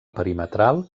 perimetral